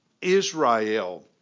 Israel